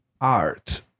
art